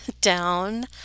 down